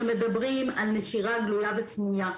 שמדברים על נשירה גלויה וסמויה,